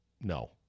no